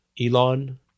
Elon